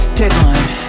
deadline